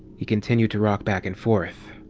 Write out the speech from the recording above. he continued to rock back and forth.